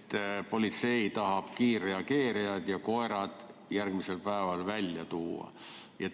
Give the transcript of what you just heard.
et politsei tahab kiirreageerijad ja koerad järgmisel päeval välja tuua.